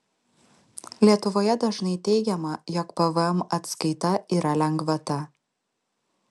lietuvoje dažnai teigiama jog pvm atskaita yra lengvata